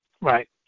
Right